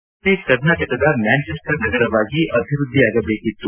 ದಾವಣಗೆರೆ ಕರ್ನಾಟಕದ ಮ್ಯಾಂಚೆಸ್ಸರ್ ನಗರವಾಗಿ ಅಭಿವೃದ್ಧಿಯಾಗಬೇಕಿತ್ತು